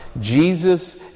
Jesus